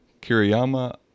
Kiriyama